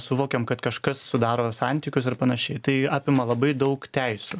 suvokiam kad kažkas sudaro santykius ar panašiai tai apima labai daug teisių